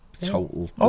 total